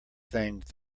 thinged